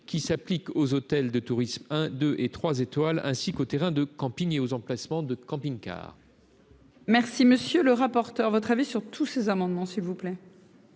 qui s'applique aux hôtels de tourisme 1 2 et 3 étoiles ainsi qu'au terrain de camping et aux emplacements de camping car. Merci, monsieur le rapporteur, votre avis sur tous ces amendements s'il vous plaît.